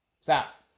Stop